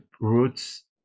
roots